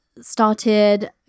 started